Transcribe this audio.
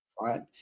right